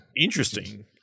Interesting